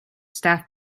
staff